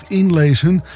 inlezen